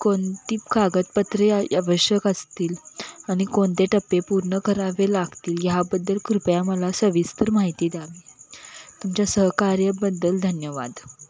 कोणती कागदपत्रे या आवश्यक असतील आणि कोणते टप्पे पूर्ण करावे लागतील ह्याबद्दल कृपया मला सविस्तर माहिती द्यावी तुमच्या सहकार्याबद्दल धन्यवाद